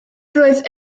roedd